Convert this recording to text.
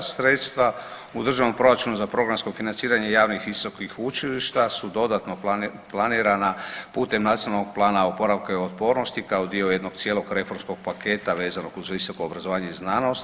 Sredstva u državnom proračunu za programsko financiranje javnih i visokih učilišta su dodatno planirana putem nacionalnog plana oporavka i otpornosti kao dio jednog cijelog reformskog paketa vezanog uz visoko obrazovanje i znanost.